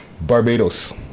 Barbados